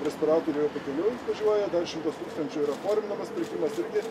respiratorių yra pakeliui atvažiuoja dar šimtas tūkstančių yra porinamas pirkimas irgi